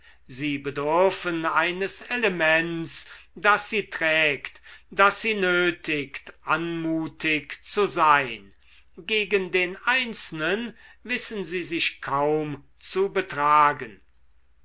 sie bedürfen eines elements das sie trägt das sie nötigt anmutig zu sein gegen den einzelnen wissen sie sich kaum zu betragen